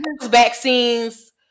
vaccines